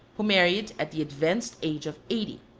who married at the advanced age of eighty.